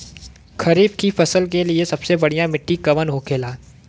खरीफ की फसल के लिए सबसे बढ़ियां मिट्टी कवन होखेला?